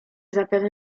zapewne